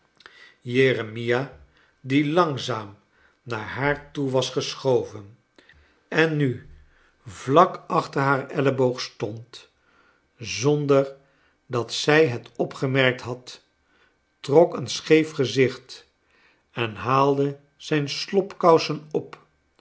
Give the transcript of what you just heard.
jeremia die langzaam na ir haar toe was geschoven en nu vlak achter haar elleboog stond zonder dat zij het opgemerkt had trok een scheef gezicht en haalde zijn slobkousen op